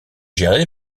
gérée